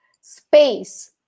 space